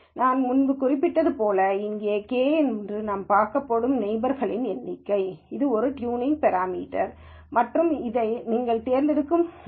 நான் முன்பு குறிப்பிட்டது போல இந்த கே நாம் பார்க்கப் போகும் நெய்பர்ஸ்களின் எண்ணிக்கை ஒரு ட்யூனிங் பெராமீட்டர் மற்றும் இது நீங்கள் தேர்ந்தெடுக்கும் ஒன்று